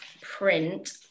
print